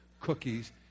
cookies